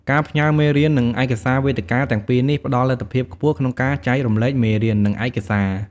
ការផ្ញើរមេរៀន និងឯកសារវេទិកាទាំងពីរនេះផ្តល់លទ្ធភាពខ្ពស់ក្នុងការចែករំលែកមេរៀន និងឯកសារ